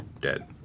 Dead